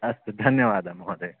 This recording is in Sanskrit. अस्तु धन्यवादः महोदय